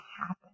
happen